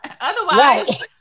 Otherwise